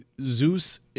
Zeus